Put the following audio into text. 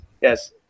Yes